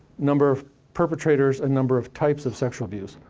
number of perpetrators, and number of types of sexual abuse.